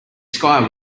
sky